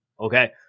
Okay